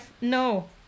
No